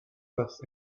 with